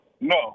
No